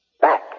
Back